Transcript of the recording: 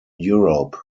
europe